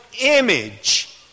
image